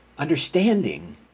understanding